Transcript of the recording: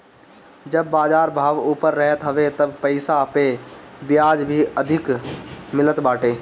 जब बाजार भाव ऊपर रहत हवे तब पईसा पअ बियाज भी अधिका मिलत बाटे